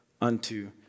unto